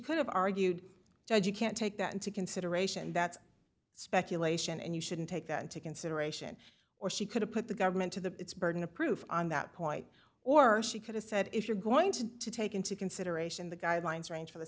could have argued judge you can't take that into consideration that's speculation and you shouldn't take that into consideration or she could have put the government to the burden of proof on that point or she could have said if you're going to take into consideration the guidelines arrange for the